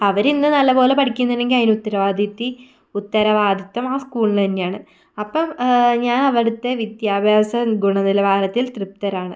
അവർ ഇന്ന് നല്ലപോലെ പഠിക്കുന്നുണ്ടെങ്കിൽ അതിന് ഉത്തരവാദിത്തി ഉത്തരവാദിത്വം ആ സ്കൂളിന് തന്നെയാണ് അപ്പം ഞാൻ അവിടുത്തെ വിദ്യാഭ്യാസ ഗുണനിലവാരത്തിൽ തൃപ്തരാണ്